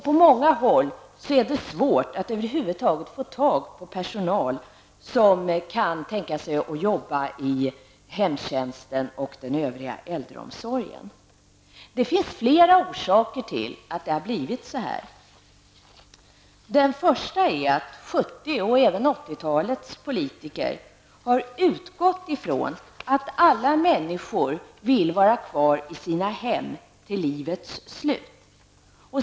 På många håll är det svårt att över huvud taget få tag på personal som kan tänka sig att arbeta inom hemtjänsten eller inom den övriga äldreomsorgen. Det finns flera orsaker till att det har blivit så här. En orsak är att 70-talets, och även 80-talets, politiker har utgått ifrån att alla människor vill vara kvar i sina hem till livets slut.